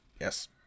yes